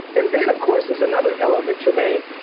and then of course there's another element, trymaine.